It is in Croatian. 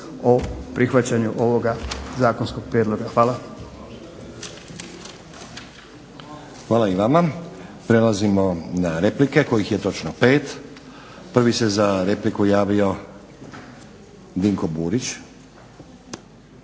o prihvaćanju ovoga zakonskog prijedloga. Hvala. **Stazić, Nenad (SDP)** Hvala i vama. Prelazimo na replike, kojih je točno 5. Prvi se za repliku javio Dinko Burić.